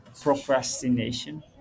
procrastination